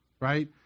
right